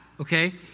okay